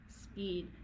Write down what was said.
speed